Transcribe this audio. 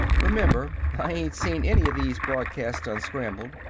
remember, i ain't seen any of these broadcasts unscrambled.